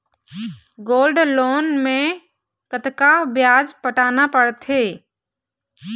Gold loan मे कतका ब्याज पटाना पड़थे?